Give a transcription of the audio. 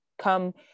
come